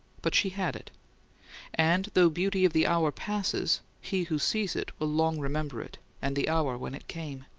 but she had it and though beauty of the hour passes, he who sees it will long remember it and the hour when it came.